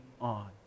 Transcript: on